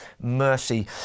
mercy